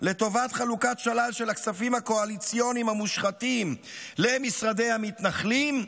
לטובת חלוקת שלל של הכספים הקואליציוניים המושחתים למשרדי המתנחלים,